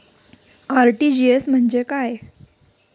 RTGS म्हणजे काय?